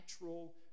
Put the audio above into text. natural